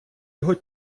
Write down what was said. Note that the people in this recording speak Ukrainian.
його